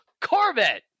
Corvette